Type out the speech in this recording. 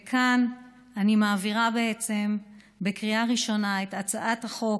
וכאן אני מעבירה בקריאה ראשונה את הצעת החוק,